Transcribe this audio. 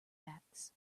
backs